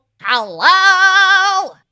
hello